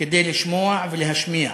כדי לשמוע ולהשמיע.